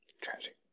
Tragic